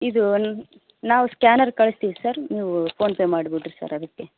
ಇದು ನಾವು ಸ್ಕ್ಯಾನರ್ ಕಳಿಸ್ತೀವಿ ಸರ್ ನೀವು ಫೋನ್ಪೇ ಮಾಡ್ಬಿಡ್ರಿ ಸರ್ ಅದಕ್ಕೆ